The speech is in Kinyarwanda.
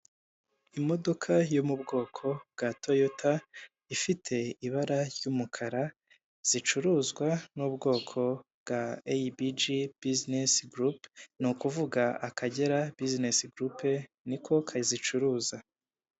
Imodoka yo mu bwoko bwa TOYOTA ifite ibara ry'umukara zicuruzwa n'ubwoko bwa eyibiji bizinesi gurupe, ni ukuvuga Akagera bizinesi gurupe niko kazicuruza.